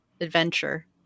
adventure